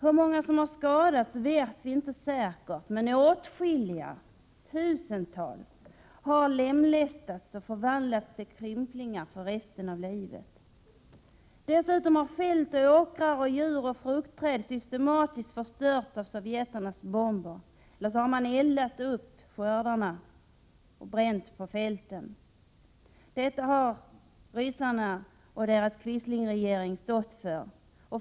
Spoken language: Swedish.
Hur många som har skadats vet vi inte säkert, men åtskilliga tusental har lemlästats och förvandlats till krymplingar för resten av livet. Dessutom har sovjeternas systematiska bombningar förstört fält, åkrar och fruktträd samt dödat djur. Man har också eldat upp skördarna och bränt på fälten. Detta är vad ryssarna och deras quislingregering har stått för.